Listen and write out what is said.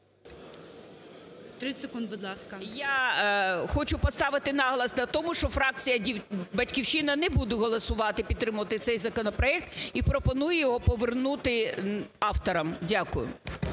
Я хочу поставити наголос на тому, що фракція "Батьківщина" не буде голосувати, підтримувати цей законопроект, і пропоную його повернути авторам. Дякую.